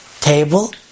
table